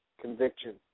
conviction